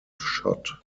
shot